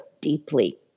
deeply